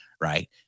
right